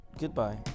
Goodbye